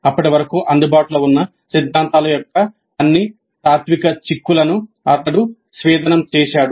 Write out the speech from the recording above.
అప్పటి వరకు అందుబాటులో ఉన్న సిద్ధాంతాల యొక్క అన్ని తాత్విక చిక్కులను అతను స్వేదనం చేశాడు